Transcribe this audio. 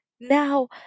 now